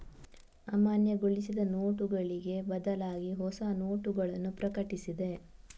ಅಮಾನ್ಯಗೊಳಿಸಿದ ನೋಟುಗಳಿಗೆ ಬದಲಾಗಿಹೊಸ ನೋಟಗಳನ್ನು ಪ್ರಕಟಿಸಿದೆ